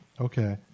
Okay